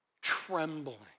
trembling